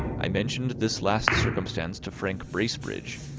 i mentioned this last circumstance to frank bracebridge,